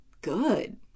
good